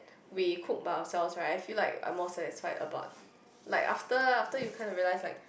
we cooked by ourselves right I feel like I more satisfied about like after after you can't to realize like